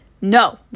No